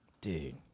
Dude